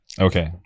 okay